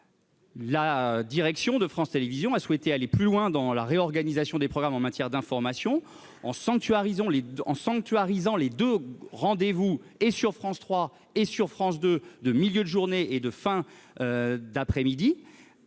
La direction a souhaité aller plus loin dans la réorganisation des programmes en matière d'information, en sanctuarisant les deux rendez-vous sur France 3 et sur France 2 de milieu de journée et de fin d'après-midi,